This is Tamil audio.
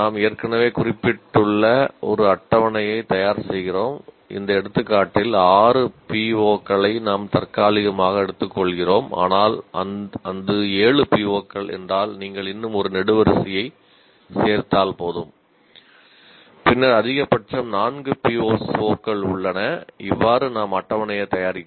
நாம் ஏற்கனவே குறிப்பிட்டுள்ள ஒரு அட்டவணையை தயார் செய்கிறோம் இந்த எடுத்துக்காட்டில் 6 POக்களை நாம் தற்காலிகமாக எடுத்துக்கொள்கிறோம் ஆனால் அது 7 POக்கள் என்றால் நீங்கள் இன்னும் ஒரு நெடுவரிசையைச் சேர்த்தால் போதும் பின்னர் அதிகபட்சம் நான்கு PSOக்கள் உள்ளன இவ்வாறு நாம் அட்டவணையை தயாரிக்கிறோம்